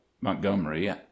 montgomery